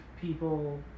people